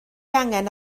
angen